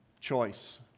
choice